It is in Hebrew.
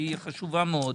היא חשובה מאוד.